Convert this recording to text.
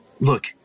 Look